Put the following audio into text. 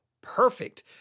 Perfect